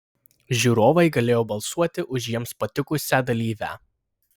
žiūrovai galėjo balsuoti už jiems patikusią dalyvę